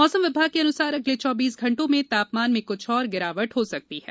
मौसम विभाग के अनुसार अगले चौबीस घंटों में तापमान में कुछ और गिरावट हो सकती है